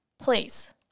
Please